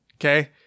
okay